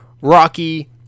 Rocky